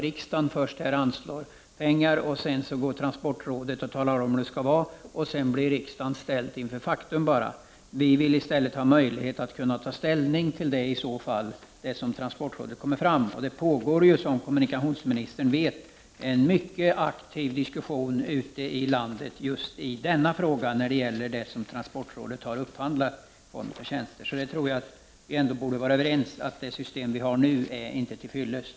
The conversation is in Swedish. Riksdagen anslår först pengar, sedan talar transportrådet om hur det skall vara, och så blir riksdagen ställd inför faktum. Vi vill i stället att riksdagen skall få möjlighet att ta ställning till det som transportrådet kommer fram till. Som kommunikationsministern vet pågår det en mycket aktiv diskussion ute i landet just i fråga om transportrådets upphandling av tjänster. Vi borde alltså vara överens om att det nuvarande systemet inte är till fyllest.